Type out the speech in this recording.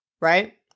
right